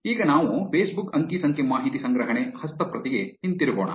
ಈಗ ನಾವು Facebook ಅಂಕಿ ಸಂಖ್ಯೆ ಮಾಹಿತಿ ಸಂಗ್ರಹಣೆ ಹಸ್ತಪ್ರತಿಗೆ ಹಿಂತಿರುಗೋಣ